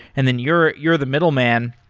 and then you're you're the middleman.